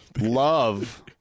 love